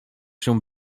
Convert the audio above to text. się